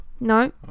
No